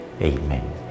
amen